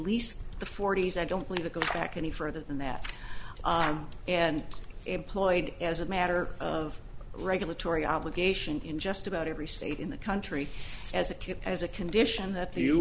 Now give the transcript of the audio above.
least the forty's i don't want to go back any further than that and employed as a matter of regulatory obligation in just about every state in the country as a kid as a condition that